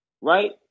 Right